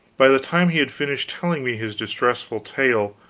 by the time he had finished telling me his distressful tale,